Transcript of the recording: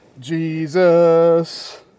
jesus